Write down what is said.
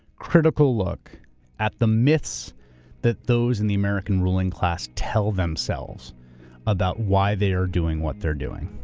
critical look at the myths that those in the american ruling class tell themselves about why they are doing what they're doing.